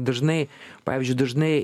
dažnai pavyzdžiui dažnai